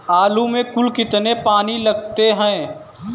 आलू में कुल कितने पानी लगते हैं?